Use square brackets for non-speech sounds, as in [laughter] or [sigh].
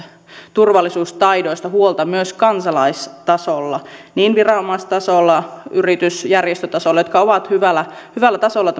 turvallisuustaidoista huolta myös kansalaistasolla niin viranomaistasolla kuin yritys ja järjestötasolla tämä yhteistyö on hyvällä tasolla [unintelligible]